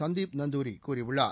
சந்தீப்நந்தூரி கூறியுள்ளார்